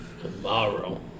Tomorrow